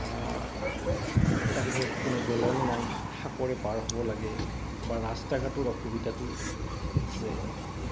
তাত ওপৰত কোনো দলং নাই সাকোৰে পাৰ হ'ব লাগে বা ৰাস্তা ঘাটৰ অসুবিধাটো আছে